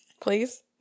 Please